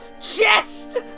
chest